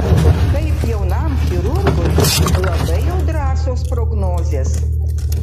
kaip jaunam chirurgui labai jau drąsios prognozės